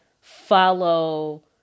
follow